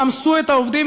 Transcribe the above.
רמסו את העובדים,